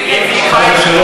קודם כול,